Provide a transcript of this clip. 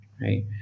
right